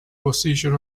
position